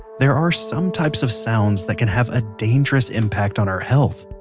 there are some types of sounds that can have a dangerous impact on our health,